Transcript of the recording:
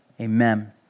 amen